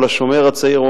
או לשומר הצעיר,